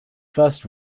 first